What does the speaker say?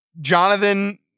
Jonathan